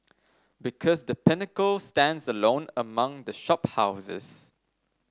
because The Pinnacle stands alone among the shop houses